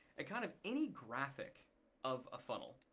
ah kind of any graphic of a funnel,